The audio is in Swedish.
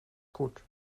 kort